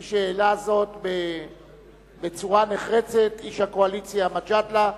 מי שהעלה זאת בצורה נחרצת הוא איש הקואליציה מג'אדלה,